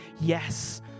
yes